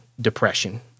depression